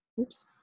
oops